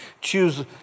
choose